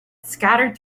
scattered